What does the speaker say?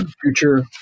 future